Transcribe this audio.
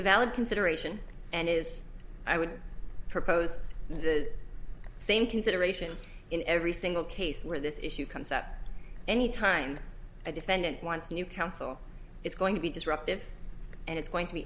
a valid consideration and is i would propose the same consideration in every single case where this issue comes up any time a defendant wants new counsel it's going to be disruptive and it's going to be